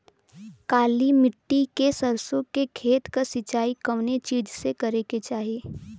काली मिट्टी के सरसों के खेत क सिंचाई कवने चीज़से करेके चाही?